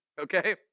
okay